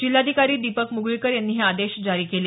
जिल्हाधिकारी दीपक मुगळीकर यांनी हे आदेश जारी केले